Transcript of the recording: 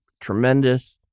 tremendous